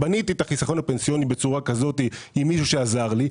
בניתי את החיסכון הפנסיוני בצורה כזאת עם מישהו שעזר לי,